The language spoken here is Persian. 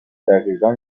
دقیقن